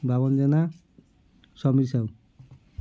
Babuni Jena Samir Sahu